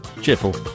cheerful